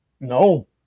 no